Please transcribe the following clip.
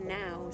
now